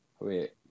wait